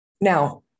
Now